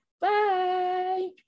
Bye